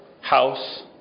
house